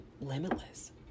limitless